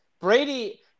Brady –